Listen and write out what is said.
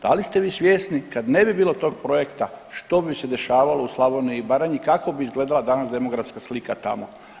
Da li ste vi svjesni, kad ne bi bilo tog projekta što bi se dešavalo u Slavoniji i Baranji, kako bi izgledala danas demografska slika tamo?